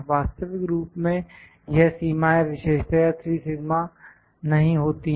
वास्तविक रूप में यह सीमाएं विशेषतया 3σ नहीं होती हैं